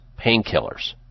painkillers